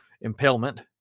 impalement